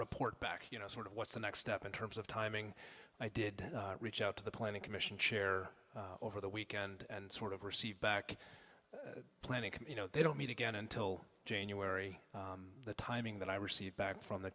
report back you know sort of what's the next step in terms of timing i did reach out to the planning commission chair over the weekend and sort of received back planning you know they don't meet again until january the timing that i received back from the